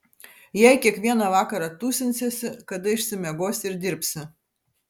jei kiekvieną vakarą tūsinsiesi kada išsimiegosi ir dirbsi